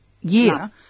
year